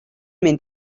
mynd